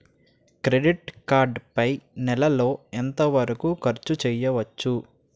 Credit card పై నెల లో ఎంత వరకూ ఖర్చు చేయవచ్చు?